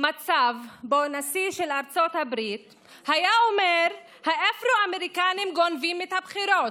מצב שבו נשיא ארצות הברית היה אומר: האפרו-אמריקנים גונבים את הבחירות,